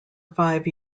five